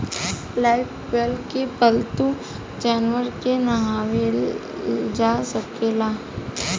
Lifebuoy से पाल्तू जानवर के नेहावल जा सकेला